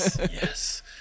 yes